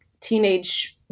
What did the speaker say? teenage